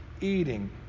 Eating